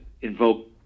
invoke